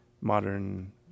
modern